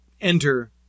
enter